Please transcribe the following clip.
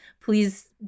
please